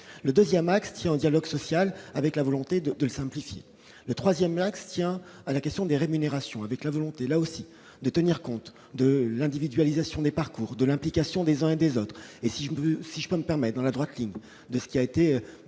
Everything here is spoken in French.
le 2ème axe tient au dialogue social, avec la volonté de de le simplifier le 3ème axe tient à la question des rémunérations avec la volonté là aussi de tenir compte de l'individualisation des parcours de l'implication des uns et des autres, et si je veux, si je peux me permet dans la droite ligne de ce qui a été